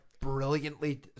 brilliantly